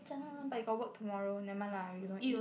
but you got work tomorrow nevermind lah we gonna eat